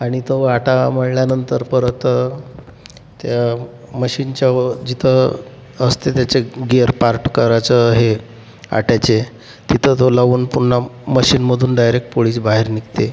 आणि तो आटा मळल्यानंतर परत त्या मशीनच्या व जिथं असते त्याच्या गेअर पार्ट करायचं हे आट्याचे तिथं तो लावून पुन्हा मशीनमधून डायरेक पोळीच बाहेर निघते